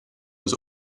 was